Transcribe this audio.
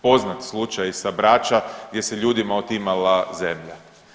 Poznat slučaj sa Brača gdje se ljudima otimala zemlja.